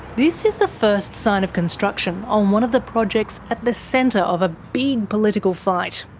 this is the first sign of construction on one of the projects at the centre of a big political fight.